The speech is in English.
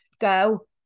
go